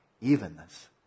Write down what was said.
evenness